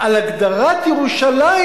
על הגדרת ירושלים,